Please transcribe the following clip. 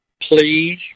please